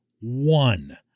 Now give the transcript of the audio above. one